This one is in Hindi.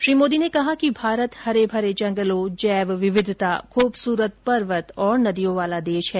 श्री मोदी ने कहा कि भारत हरेभरे जंगलों जैव विविधता खूबसूरत पर्वत और नदियों वाला देश हैं